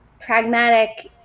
Pragmatic